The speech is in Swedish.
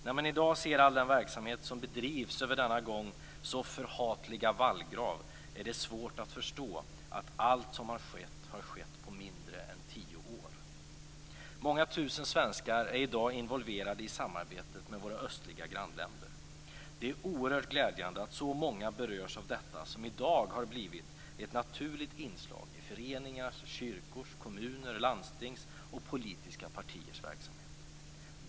När man i dag ser på all den verksamhet som bedrivs över denna en gång så förhatliga vallgrav är det svårt att förstå att allt som skett har skett på mindre än tio år. Många tusen svenskar är i dag involverade i samarbetet med våra östliga grannländer. Det är oerhört glädjande att så många berörs av detta som i dag har blivit ett naturligt inslag i föreningars, kyrkors, kommuners, landstings och politiska partiers verksamhet.